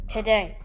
Today